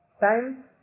time